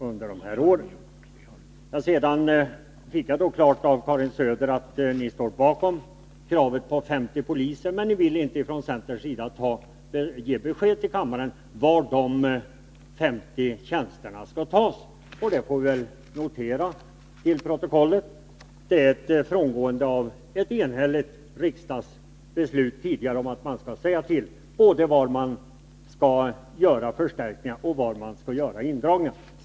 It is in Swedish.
Sedan fick jag klart besked från Karin Söder om att ni står bakom kravet på 50 poliser, men ni vill inte från centerns sida ge kammaren besked om var de SO tjänsterna skall tas. Vi får notera det till protokollet. Det är ett frångående av ett tidigare enhälligt riksdagsbeslut om att man skall ange både var man vill göra förstärkningar och var man vill göra indragningar.